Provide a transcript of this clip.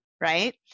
right